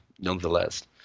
nonetheless